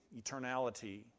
eternality